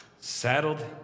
saddled